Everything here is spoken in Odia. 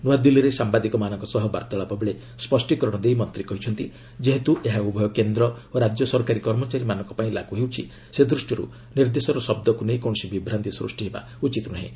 ନୂଆଦିଲ୍ଲୀରେ ସାମ୍ବାଦିକମାନଙ୍କ ସହ ବାର୍ତ୍ତାଳାପ ବେଳେ ସ୍ୱଷ୍ଟୀକରଣ ଦେଇ ମନ୍ତ୍ରୀ କହିଛନ୍ତି ଯେହେତୁ ଏହା ଉଭୟ କେନ୍ଦ୍ର ଓ ରାଜ୍ୟ ସରକାରୀ କର୍ମଚାରୀମାନଙ୍କ ପାଇଁ ଲାଗୁ ହେଉଛି ସେ ଦୃଷ୍ଟିରୁ ନିର୍ଦ୍ଦେଶର ଶବ୍ଦକୁ ନେଇ କୌଣସି ବିଭ୍ରାନ୍ତି ସୃଷ୍ଟି ହେବା ଉଚିତ ନୁହେଁ